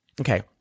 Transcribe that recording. Okay